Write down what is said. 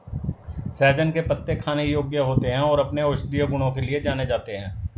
सहजन के पत्ते खाने योग्य होते हैं और अपने औषधीय गुणों के लिए जाने जाते हैं